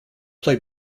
play